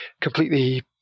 completely